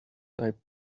type